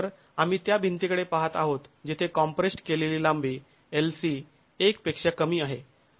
तर आम्ही त्या भिंतीकडे पाहत आहोत जिथे कॉम्प्रेस्ड् केलेली लांबी lc १ पेक्षा कमी आहे